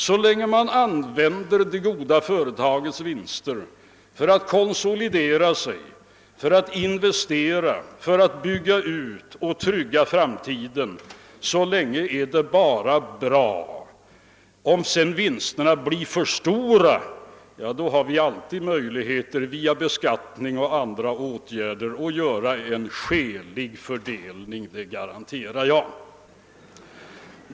Så länge man använder de goda företagens vinster till att konsolidera företagen, till att investera, till att bygga ut och trygga framtiden, så länge är det bara bra. Om sedan vinsterna blir för stora, har vi alltid möjlighet att göra en skälig fördelning via beskattningen och genom andra åtgärder — det garanterar jag.